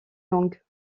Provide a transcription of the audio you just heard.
langues